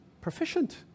proficient